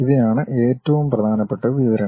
ഇവയാണ് ഏറ്റവും പ്രധാനപ്പെട്ട വിവരങ്ങൾ